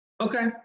Okay